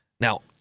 Now